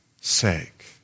sake